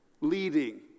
leading